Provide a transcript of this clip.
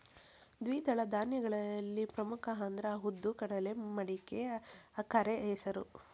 ದ್ವಿದಳ ಧಾನ್ಯಗಳಲ್ಲಿ ಪ್ರಮುಖ ಅಂದ್ರ ಉದ್ದು, ಕಡಲೆ, ಮಡಿಕೆ, ಕರೆಹೆಸರು